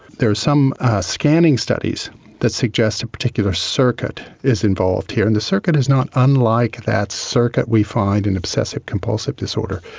there are some scanning studies that suggest a particular circuit is involved here, and the circuit is not unlike that circuit we find in obsessive compulsive disorder,